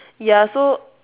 ya so